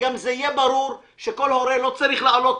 שגם יהיה ברור שכל הורה לא צריך לעלות